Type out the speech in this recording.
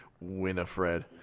Winifred